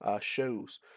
shows